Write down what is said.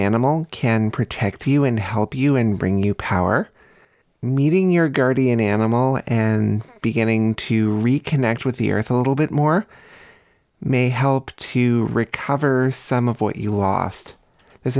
animal can protect you and help you and bring you power meeting your guardian animal and beginning to reconnect with the earth a little bit more may help to recover some of what you lost there's